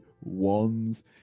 wands